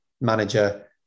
manager